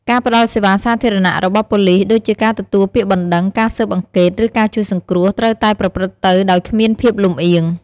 ការផ្តល់សេវាសាធារណៈរបស់ប៉ូលិស ដូចជាការទទួលពាក្យបណ្តឹង ការស៊ើបអង្កេត ឬការជួយសង្គ្រោះ ត្រូវតែប្រព្រឹត្តទៅដោយគ្មានភាពលំអៀង។